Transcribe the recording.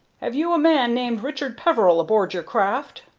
have you a man named richard peveril aboard your craft?